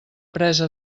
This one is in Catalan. presa